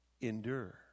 endure